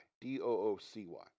D-O-O-C-Y